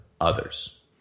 others